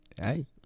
Hey